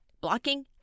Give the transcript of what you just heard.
Blocking